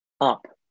up